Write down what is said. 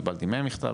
קיבלתי מהם מכתב,